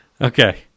okay